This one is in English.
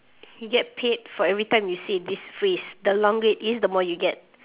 you get paid for every time you say this phrase the longer it is the more you get